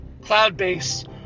cloud-based